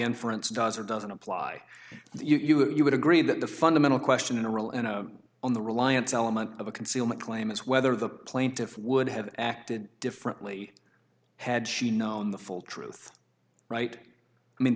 inference does or doesn't apply to you that you would agree that the fundamental question in a real and on the reliance element of a concealment claim is whether the plaintiff would have acted differently had she known the full truth right i mean